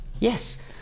Yes